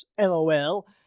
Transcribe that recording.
LOL